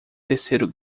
terceiro